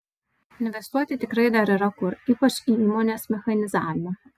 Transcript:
investuoti tikrai dar yra kur ypač į įmonės mechanizavimą